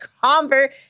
Convert